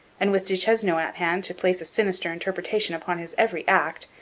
and, with duchesneau at hand to place a sinister interpretation upon his every act,